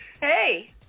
Hey